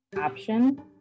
option